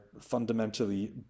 fundamentally